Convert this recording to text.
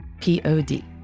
P-O-D